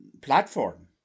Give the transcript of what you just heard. platform